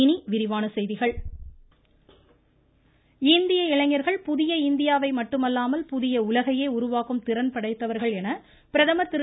இனி விரிவான செய்திகள் பிரதமர் இந்திய இளைஞர்கள் புதிய இந்தியாவை மட்டுமல்லாமல் புதிய உலகையே உருவாக்கும் திறன் படைத்தவர்கள் என பிரதமர் திரு